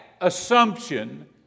assumption